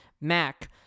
Mac